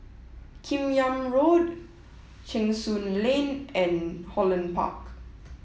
kim Yam Road Cheng Soon Lane and Holland Park